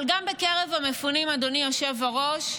אבל גם בקרב המפונים, אדוני היושב-ראש,